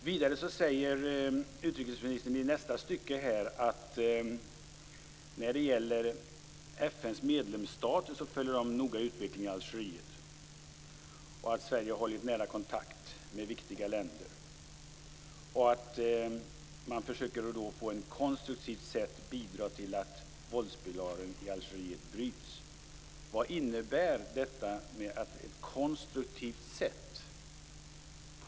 Vidare säger utrikesministern i svaret att FN:s medlemsstater noga följer utvecklingen i Algeriet och att Sverige håller en nära kontakt med viktiga länder och att man försöker att på ett konstruktivt sätt bidra till att våldsspiralen i Algeriet bryts. Vad innebär detta med ett konstruktivt sätt?